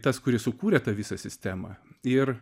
tas kuris sukūrė tą visą sistemą ir